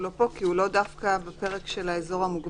הוא לא פה כי הוא לאו דווקא בפרק של האזור המוגבל.